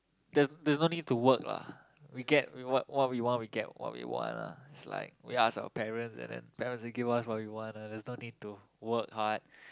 there's there's no need to work lah we get wh~ what we want we get what we want [ah[ it's like we ask our parents and then parents they give us what we want ah there's no need to work hard